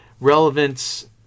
relevance